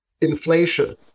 Inflation